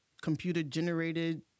computer-generated